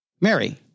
Mary